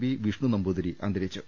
V Vishnu Namboothiri അന്തരിച്ചു